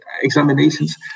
examinations